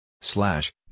slash